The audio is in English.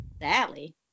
Sally